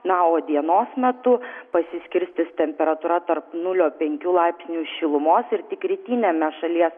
na o dienos metu pasiskirstys temperatūra tarp nulio penkių laipsnių šilumos ir tik rytiniame šalies